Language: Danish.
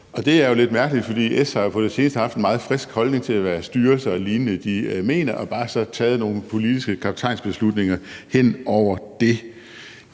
det er lidt mærkeligt, for S har jo på det seneste haft en meget frisk holdning til, hvad styrelser og lignende mener, og har så bare taget nogle politiske kaptajnbeslutninger hen over det.